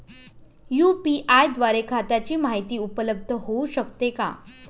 UPI द्वारे खात्याची माहिती उपलब्ध होऊ शकते का?